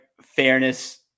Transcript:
fairness